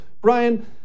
Brian